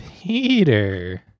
Peter